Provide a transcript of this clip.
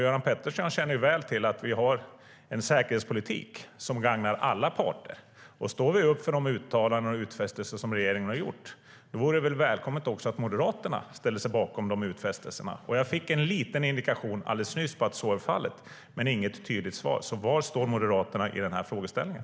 Göran Pettersson känner väl till att vi har en säkerhetspolitik som gagnar alla parter? Om vi står upp för de uttalanden och utfästelser som regeringen har gjort vore det väl välkommet att också Moderaterna ställde sig bakom dessa utfästelser. Jag fick en liten indikation alldeles nyss på att så är fallet, men inget tydligt svar. Var står Moderaterna i den här frågeställningen?